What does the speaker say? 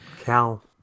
Cal